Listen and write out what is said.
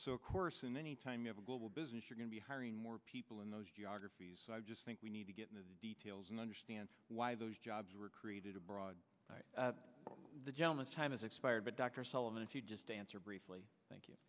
so of course and any time you have a global business you're going to be hiring more people in those geographies so i just think we need to get into the details and understand why those jobs were created abroad the gentleman's time is expired but dr sullivan if you just answer briefly thank you